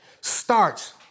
starts